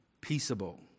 peaceable